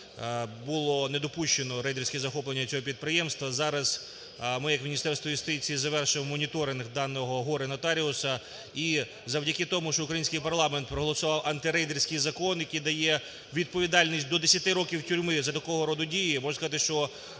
було не допущено рейдерського захоплення цього підприємства. Зараз ми як Міністерство юстиції завершуємо моніторинг даного горе-нотаріуса. І завдяки тому, що український парламент проголосував антирейдерський закон, який дає відповідальність до 10 років тюрми за такого роду дії, можу сказати, що